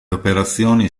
operazioni